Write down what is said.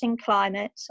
climate